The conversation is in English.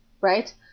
right